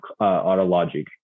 AutoLogic